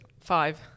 Five